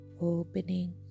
opening